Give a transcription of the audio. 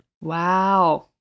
Wow